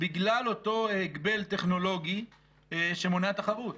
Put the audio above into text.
בגלל אותו הגבל טכנולוגי שמונע תחרות.